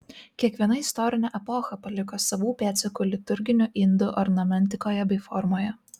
kiekviena istorinė epocha paliko savų pėdsakų liturginių indų ornamentikoje bei formoje